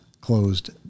closed